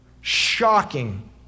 shocking